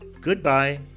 Goodbye